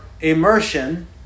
immersion